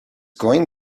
going